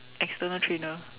external trainer